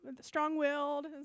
strong-willed